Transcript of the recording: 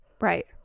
Right